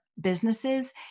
businesses